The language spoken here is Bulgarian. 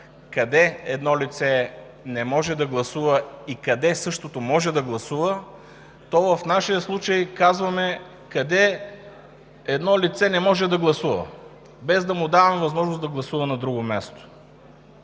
къде едно лице не може да гласува и къде същото може да гласува, то в нашия случай казваме къде едно лице не може да гласува, без да му даваме възможност да гласува на друго място.